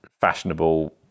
fashionable